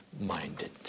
minded